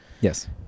Yes